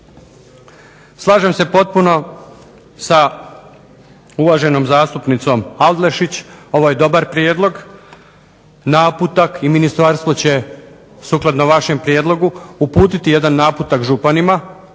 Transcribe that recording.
Slažem se potpuno sa uvaženom zastupnicom Adlešič. Ovo je dobar prijedlog, naputak i ministarstvo će sukladno vašem prijedlogu uputiti jedan naputak županima,